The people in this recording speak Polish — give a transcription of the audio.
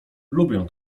lubię